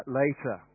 later